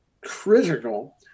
critical